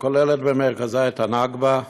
שכוללת במרכזה את הנכבה,